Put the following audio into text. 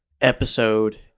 episode